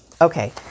Okay